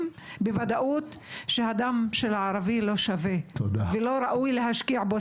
בוודאות שהדם של הערבי לא שווה ולא ראוי להשקיע בו.